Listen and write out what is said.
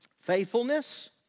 Faithfulness